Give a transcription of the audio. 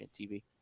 TV